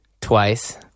twice